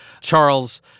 Charles